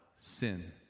sin